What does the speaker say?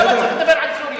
למה צריך לדבר על סוריה?